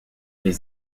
les